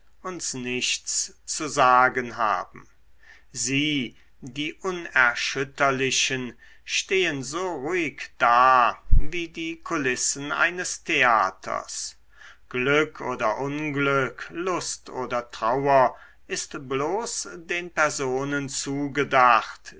uns nichts zu sagen haben sie die unerschütterlichen stehen so ruhig da wie die kulissen eines theaters glück oder unglück lust oder trauer ist bloß den personen zugedacht